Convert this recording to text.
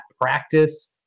practice